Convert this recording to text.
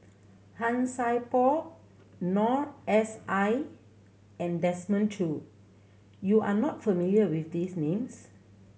Han Sai Por Noor S I and Desmond Choo you are not familiar with these names